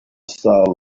soul